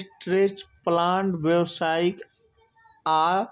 stretch plant, व्यावसायिक आ